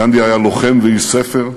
גנדי היה לוחם ואיש ספר,